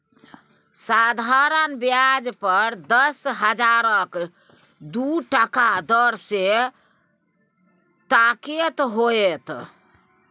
साधारण ब्याज पर दस हजारक दू टका दर सँ कतेक होएत?